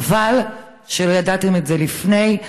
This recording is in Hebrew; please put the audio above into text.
חבל שלא ידעתם את זה לפני,